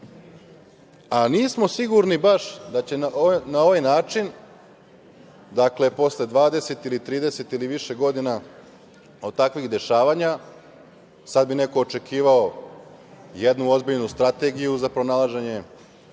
a nismo sigurni baš da će na ovaj način posle 20 ili 30 ili više godina od takvih dešavanja, sada bi neko očekivao jednu ozbiljnu strategiju za pronalaženje